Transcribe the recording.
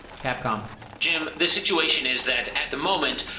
capcom jim, the situation is that, at the moment,